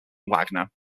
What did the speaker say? wagner